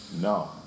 No